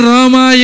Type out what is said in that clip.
Rama